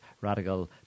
radical